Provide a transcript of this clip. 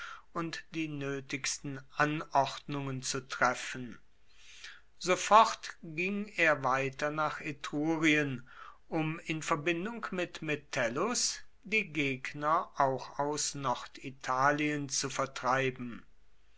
und die nötigsten anordnungen zu treffen sofort ging er weiter nach etrurien um in verbindung mit metellus die gegner auch aus norditalien zu vertreiben